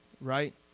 right